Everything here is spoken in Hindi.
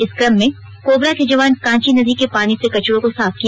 इस क्रम में कोबरा के जवान कांची नदी के पानी से कचड़ों को साफ किया